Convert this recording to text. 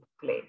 play